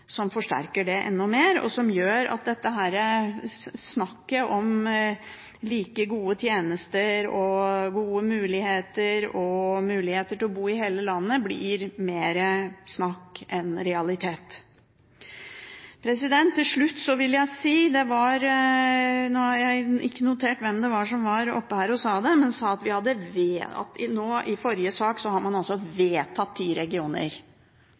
forsterker det enda mer, og som gjør at dette snakket om like gode tjenester, gode muligheter og muligheter til å bo i hele landet blir mer snakk enn realitet. Til slutt vil jeg kommentere at det ble sagt – jeg har ikke notert hvem det var som var oppe her og sa det – at i forrige sak har man vedtatt ti regioner. Det ligger ikke noe slikt forslag til vedtak på bordet i